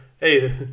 Hey